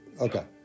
Okay